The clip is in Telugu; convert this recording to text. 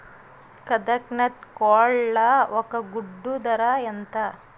కదక్నత్ కోళ్ల ఒక గుడ్డు ధర ఎంత?